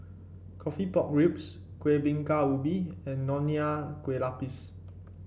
coffee Pork Ribs Kueh Bingka Ubi and Nonya Kueh Lapis